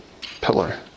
pillar